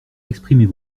exprimer